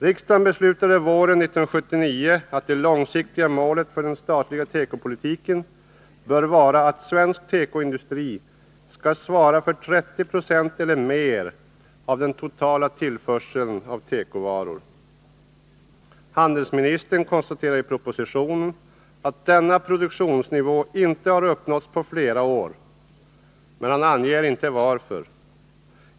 Riksdagen beslutade våren 1979 att det långsiktiga målet för den statliga tekopolitiken bör vara att svensk tekoindustri skall svara för 30 96 eller mer av den totala tillförseln av tekovaror. Handelsministern konstaterar i propositionen att denna produktionsnivå inte har uppnåtts på flera år. Men han anger inte varför.